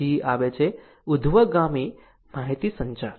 પછી આવે છે ઉધર્વગામી માહિતીસંચાર